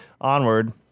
Onward